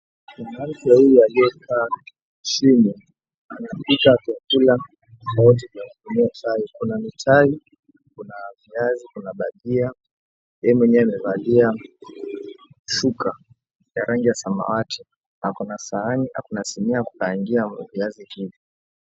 Kuna watu wawili waliokaa chini wanapika vyakula vya kukunyuwia chai kuna mitahi, kuna viazi, kuna bajia yeye mwenyewe amevalia shuka ya rangi ya samawati ako na sahani ako na sinia ya kukaangia viazi vingine.